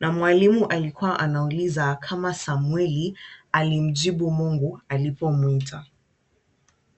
Na mwalimu alikuwa anauliza kama Samweli alimjibu Mungu alipomwita.